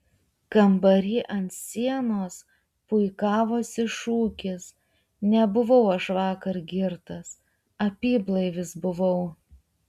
kambary ant sienos puikavosi šūkis nebuvau aš vakar girtas apyblaivis buvau